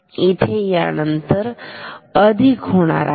इथे हे यानंतर अधिक होणार आहे